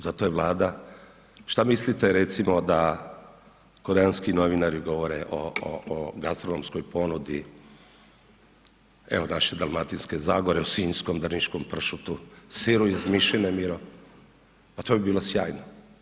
Zato je Vlada, što mislite recimo, da koreanski novinari govore o gastronomskoj ponudi, evo, naše Dalmatinske zagore, o sinjskom, drniškom pršutu, siru iz mišine, pa to bi bilo sjajno.